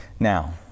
Now